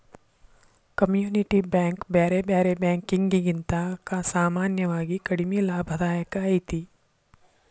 community bank ಬ್ಯಾರೆ ಬ್ಯಾರೆ ಬ್ಯಾಂಕಿಕಿಗಿಂತಾ ಸಾಮಾನ್ಯವಾಗಿ ಕಡಿಮಿ ಲಾಭದಾಯಕ ಐತಿ